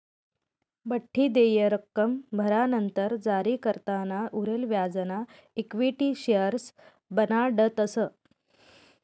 बठ्ठी देय रक्कम भरानंतर जारीकर्ताना उरेल व्याजना इक्विटी शेअर्स बनाडतस